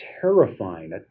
terrifying